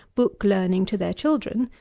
book-learning to their children,